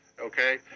Okay